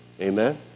Amen